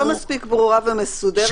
היא לא מספיק ברורה ומסודרת.